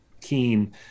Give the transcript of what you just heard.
keen